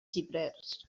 xiprers